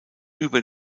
über